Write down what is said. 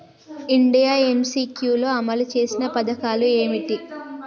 India MCQ లో అమలు చేసిన పథకాలు ఏమిటి?